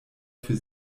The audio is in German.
für